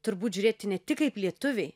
turbūt žiūrėti ne tik kaip lietuviai